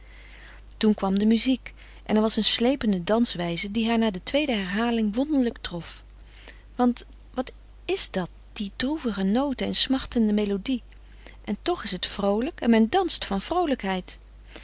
toen kwam de muziek en er was een slepende danswijze die haar na de tweede herhaling wonderlijk trof want wat is dat die droevige noten en smachtende melodie en toch is het vroolijk en men danst van vroolijkheid